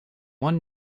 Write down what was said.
one